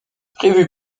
prévu